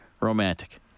romantic